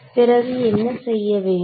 பிறகு என்ன செய்ய வேண்டும்